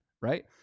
right